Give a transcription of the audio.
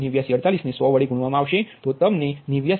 8948 ને 100 વડે ગુણવામા આવશે તો તમને 89